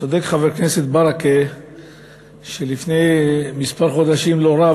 צודק חבר הכנסת ברכה שלפני מספר חודשים לא רב